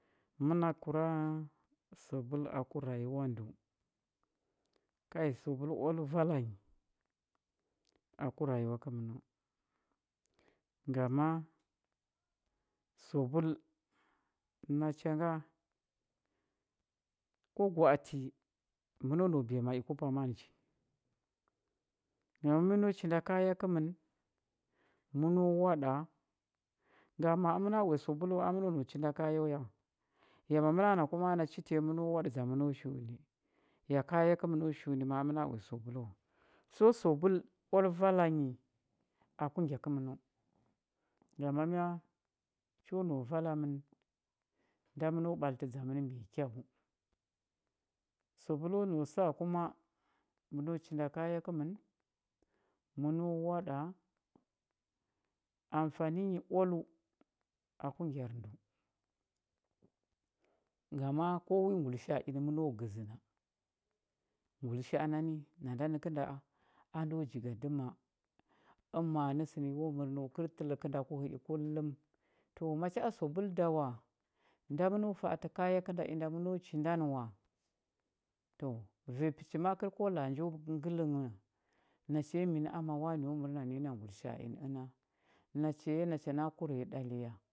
Mənakəkura sabul aku rayuwa ndəu kai sabul oal vala nyi aku rayuwa kəmən gama sabul nacha nga kwa gwa atə məno nau biya ma i ku pama nji ma məna chinda kaya kəmə məno waɗa ngam ma a məna uya sabul wa a məno nau chindi kaya wa ya ma məma na kuma ana chi tanyi məno waɗa dza məno shi uni ya kaya kəməno shi uni a məna uya sabul wa so sabul oal vala nyi aku ngya kəmənəu ya ma ma a cho nau vala mən nda məno ɓatlətə dza mən mai kyau sabulo nau sa kuma məno chinda kaya kəmən məno waɗa amfani nyi oaləu aku ngyar ndəu gama ko wi ngulisha a inə məno gəzə na ngulisha a nani nanda nəkənda a ndo jigadəma ama nə sə nə yo mər nə wa kəl təl kənda ku hə i kullum to macha a sabul da wa nda məno fa atə kaya kənda inda məno chinda nə wa to vanya pəchi ma a kəl o la a njo ngəl mən nachaya minə ama wane mər na nənyi na ngulisha a inə əna nachaya nacha na kure ɗali ya